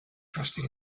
trusted